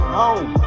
home